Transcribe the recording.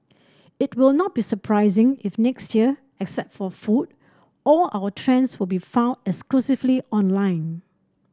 it will not be surprising if next year except for food all our trends will be found exclusively online